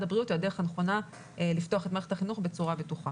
הבריאות היא הדרך הנכונה לפתוח את מערכת החינוך בצורה בטוחה.